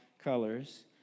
colors